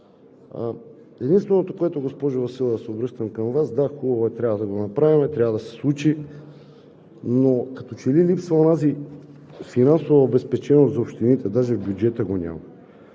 Единственото, с което, госпожо Василева, се обръщам към Вас – да, хубаво е, трябва да го направим, трябва да се случи, но като че ли липсва онази финансова обезпеченост за общините, даже в бюджета го няма.